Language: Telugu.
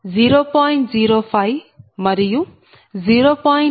05 మరియు 0